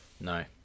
No